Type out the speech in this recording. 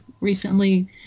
recently